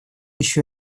еще